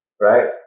Right